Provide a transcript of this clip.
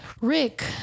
rick